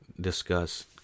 discuss